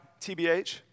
TBH